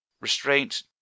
Restraint